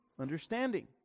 understanding